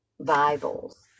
Bibles